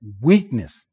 weakness